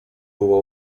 było